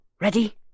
Ready